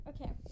okay